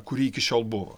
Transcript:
kuri iki šiol buvo